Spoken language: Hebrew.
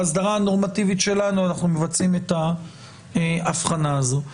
בהסדרה הנורמטיבית שלנו אנחנו מבצעים את ההבחנה הזאת.